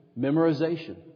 Memorization